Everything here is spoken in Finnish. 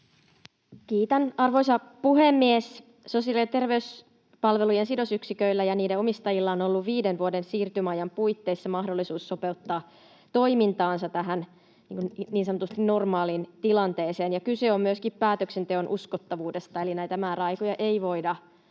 Kiitän, arvoisa puhemies! Sosiaali- ja terveyspalvelujen sidosyksiköillä ja niiden omistajilla on ollut viiden vuoden siirtymäajan puitteissa mahdollisuus sopeuttaa toimintaansa niin sanotusti normaaliin tilanteeseen. Kyse on myöskin päätöksenteon uskottavuudesta, eli näitä määräaikoja ei voida